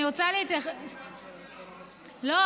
אם את תמשיכי אנחנו לא נתמוך לא,